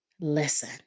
listen